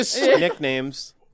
Nicknames